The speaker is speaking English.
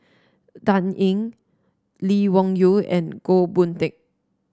Dan Ying Lee Wung Yew and Goh Boon Teck